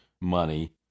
money